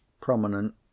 prominent